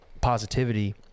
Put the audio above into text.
positivity